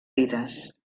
vides